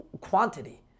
quantity